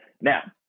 Now